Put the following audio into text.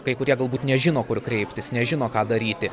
kai kurie galbūt nežino kur kreiptis nežino ką daryti